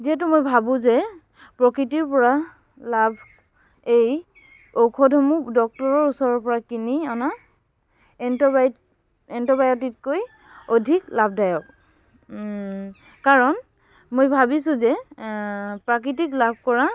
যিহেতু মই ভাবোঁ যে প্ৰকৃতিৰ পৰা লাভ এই ঔষধসমূহ ডক্তৰৰ ওচৰৰ পৰা কিনি অনা এণ্টবায় এণ্টবায়টিকতকৈ অধিক লাভদায়ক কাৰণ মই ভাবিছোঁ যে প্ৰাকৃতিক লাভ কৰা